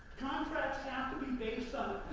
contracts have to be based